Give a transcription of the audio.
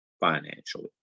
financially